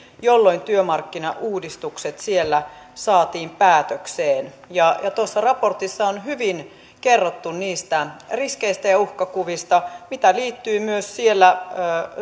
jolloin työmarkkinauudistukset siellä saatiin päätökseen tuossa raportissa on hyvin kerrottu niistä riskeistä ja uhkakuvista mitä liittyy myös siellä